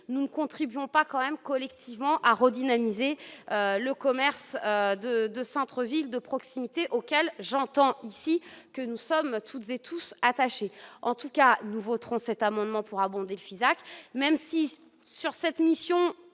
nous ne contribuons pas quand même collectivement à redynamiser le commerce de centre ville de proximité auquel j'entends ici que nous sommes toutes et tous attachés en tout cas, nous voterons cet amendement pour abonder Fisac, même si sur cette mission